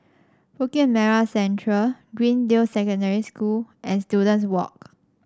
Bukit Merah Central Greendale Secondary School and Students Walk